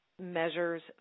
Measures